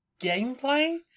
gameplay